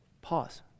Pause